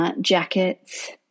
jackets